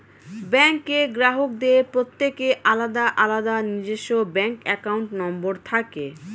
ব্যাঙ্কের গ্রাহকদের প্রত্যেকের আলাদা আলাদা নিজস্ব ব্যাঙ্ক অ্যাকাউন্ট নম্বর থাকে